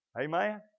Amen